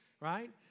right